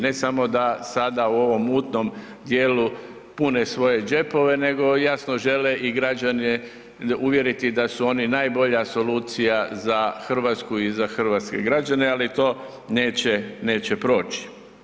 Ne samo da sada u ovom mutnom djelu pune svoje džepove nego jasno žele i građane uvjeriti da su oni najbolja solucija za Hrvatsku i za hrvatske građane ali to neće proći.